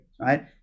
right